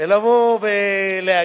ולבוא ולהגיד,